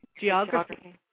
Geography